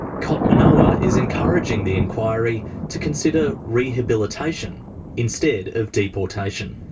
kot monoah is encouraging the inquiry to consider rehabilitation instead of deportation.